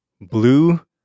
blue